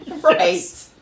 right